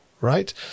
right